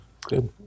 good